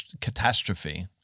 catastrophe